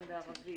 גם בערבית.